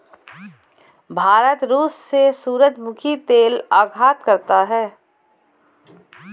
भारत रूस से सूरजमुखी तेल आयात करता हैं